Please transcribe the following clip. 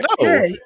no